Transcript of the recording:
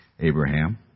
Abraham